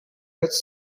west